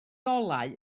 olau